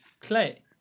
Clay